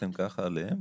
שוויתרתם ככה עליהם?